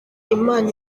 imana